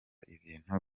ibintu